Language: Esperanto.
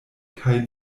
kaj